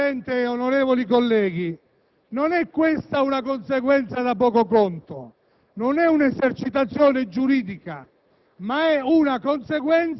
signor Presidente, onorevoli colleghi, questa non è una conseguenza di poco conto, non è un'esercitazione giuridica,